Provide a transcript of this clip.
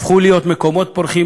והם הפכו להיות מקומות פורחים,